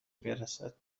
برسد